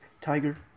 Tiger